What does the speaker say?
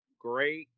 great